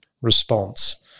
response